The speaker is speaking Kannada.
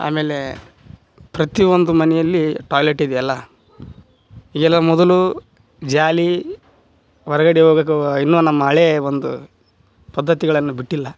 ಆಮೇಲೆ ಪ್ರತಿ ಒಂದು ಮನೆಯಲ್ಲಿ ಟಾಯ್ಲೆಟ್ ಇದೆಯಲ್ಲ ಈಗೆಲ್ಲ ಮೊದಲು ಜಾಲಿ ಹೊರ್ಗಡೆ ಹೋಗ್ಬೇಕು ಇನ್ನೂ ನಮ್ಮ ಹಳೆ ಒಂದು ಪದ್ಧತಿಗಳನ್ನು ಬಿಟ್ಟಿಲ್ಲ